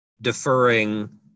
deferring